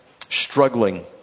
struggling